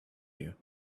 you